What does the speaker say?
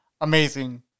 amazing